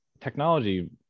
technology